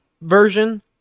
version